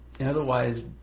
otherwise